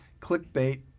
clickbait